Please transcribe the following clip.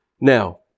Now